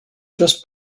just